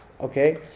okay